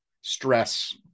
stress